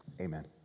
amen